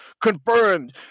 confirmed